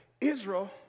Israel